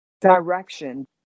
direction